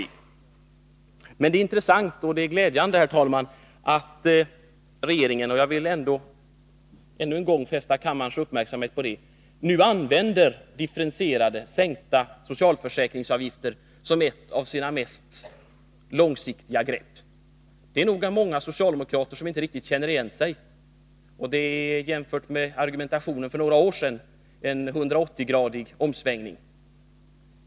Herr talman! Det är intressant och glädjande — jag vill ännu en gång fästa kammarens uppmärksamhet på detta — att regeringen nu använder differentierade och sänkta socialförsäkringsavgifter som ett av sina mest långsiktiga grepp. Det är nog många socialdemokrater som inte riktigt känner igen sig. Jämfört med argumentationen för några år sedan är det en 180-gradig omsvängning.